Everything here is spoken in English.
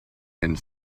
and